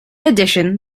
addition